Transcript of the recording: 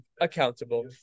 accountable